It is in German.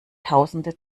tausende